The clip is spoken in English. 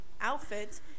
outfits